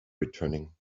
returning